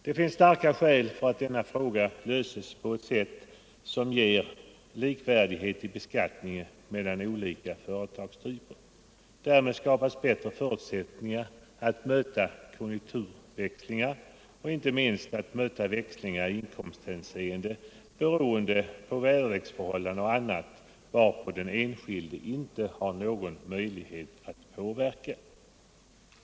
Det finns starka skäl för att detta problem löses på ett sätt, som ger större likställdhet i beskattningen mellan olika företagstyper. Därmed skapas bättre förutsättningar att möta konjunkturväxlingar och inte minst att möta växlingar i inkomsthänseende beroende på väderleksförhållanden och annat, som den enskilde inte har någon möjlighet att påverka.